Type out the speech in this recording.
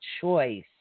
choice